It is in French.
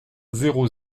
zéro